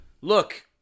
Look